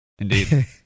Indeed